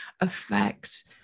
affect